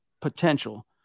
potential